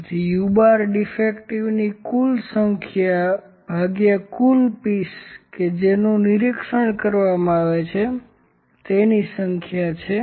તેથી u¯ ડીફેક્ટિવની કુલ સંખ્યા ભાગ્યા કુલ પીસ કે જેનું નિરીક્ષણ કરવામાં આવે છે તેની સંખ્યા છે